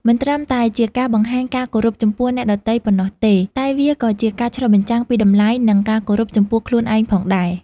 មិនត្រឹមតែជាការបង្ហាញការគោរពចំពោះអ្នកដទៃប៉ុណ្ណោះទេ តែវាក៏ជាការឆ្លុះបញ្ចាំងពីតម្លៃ និងការគោរពចំពោះខ្លួនឯងផងដែរ។